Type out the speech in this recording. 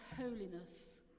holiness